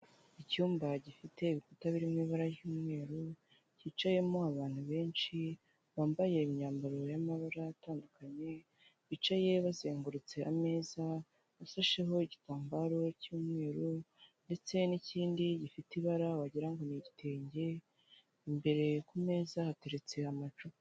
Icyumba gifite ibikuta biri mu ibara ry'umweru kicayemo abantu benshi, bambaye imyambaro y'amabara atandukanye, bicaye bazengurutse ameza ashasheho igitambaro cy'umweru ndetse n'ikindi gifite ibara wagira ngo ni igitenge, imbere ku meza hateretse amacupa.